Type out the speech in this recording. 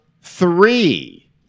three